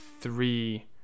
three